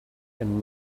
and